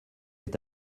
est